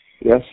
Yes